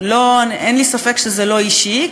אין לי ספק שזה לא אישי,